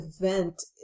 event